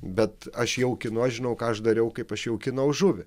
bet aš jaukinu žinau ką aš dariau kaip aš jaukinau žuvį